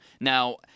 Now